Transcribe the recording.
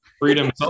Freedom